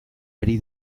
ari